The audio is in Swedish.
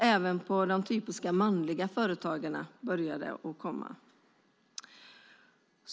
Även på de typiska manliga företagen börjar det alltså komma.